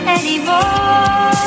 anymore